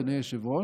אדוני היושב-ראש,